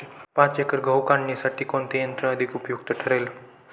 पाच एकर गहू काढणीसाठी कोणते यंत्र अधिक उपयुक्त ठरेल?